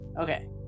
Okay